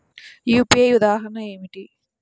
UPI ఉదాహరణ ఏమిటి?